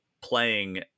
playing